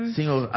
Senhor